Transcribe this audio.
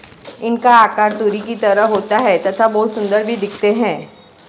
इनका आकार तुरही की तरह होता है तथा बहुत सुंदर भी दिखते है